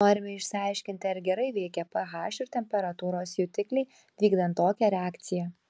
norime išsiaiškinti ar gerai veikia ph ir temperatūros jutikliai vykdant tokią reakciją